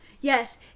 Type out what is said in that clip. Yes